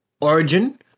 Origin